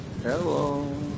Hello